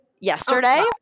yesterday